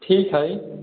ठीक हइ